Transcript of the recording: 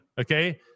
Okay